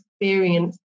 experience